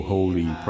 Holy